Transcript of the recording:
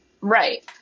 Right